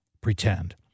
pretend